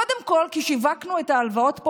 קודם כול כי שיווקנו את ההלוואות פה